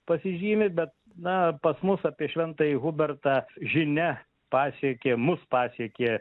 pasižymi bet na pas mus apie šventąjį hubertą žinia pasiekė mus pasiekė